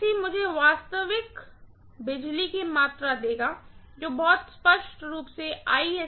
मुझे केवल वास्तविक पावर की मात्रा देगा जो बहुत स्पष्ट रूप से होगी